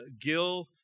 Gill